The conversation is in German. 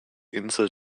insel